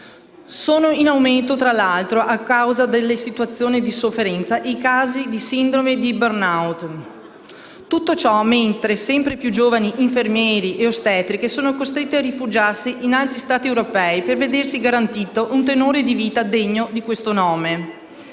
Sono in aumento, tra l'altro, a causa delle situazioni di sofferenza, i casi di sindrome da *burnout*. Tutto ciò mentre sempre più giovani infermieri e ostetriche sono costretti a rifugiarsi in altri Stati europei per vedersi garantito un tenore di vita degno di questo nome.